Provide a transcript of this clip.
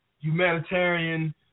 humanitarian